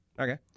Okay